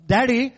Daddy